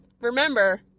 remember